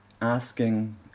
asking